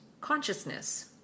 consciousness